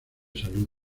salud